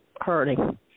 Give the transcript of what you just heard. hurting